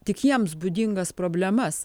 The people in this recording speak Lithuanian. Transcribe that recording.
tik jiems būdingas problemas